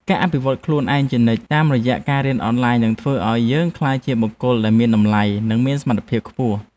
ការអភិវឌ្ឍន៍ខ្លួនឯងជានិច្ចតាមរយៈការរៀនអនឡាញនឹងធ្វើឱ្យយើងក្លាយជាបុគ្គលដែលមានតម្លៃ និងមានសមត្ថភាពខ្ពស់។